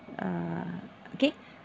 uh okay